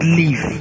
leave